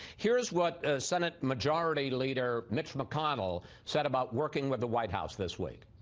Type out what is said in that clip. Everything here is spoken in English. here's what senate majority leader mitch mcconnell set about working with the white house this week.